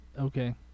okay